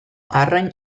arrain